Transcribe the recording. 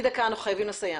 קצר.